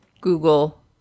google